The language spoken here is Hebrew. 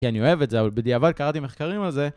כי אני אוהב את זה, אבל בדיעבד קראתי מחקרים על זה.